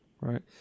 Right